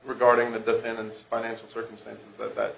regarding the defendant's financial circumstances but that